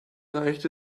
reicht